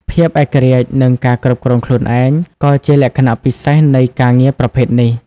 ភាពឯករាជ្យ និងការគ្រប់គ្រងខ្លួនឯង ក៏ជាលក្ខណៈពិសេសនៃការងារប្រភេទនេះ។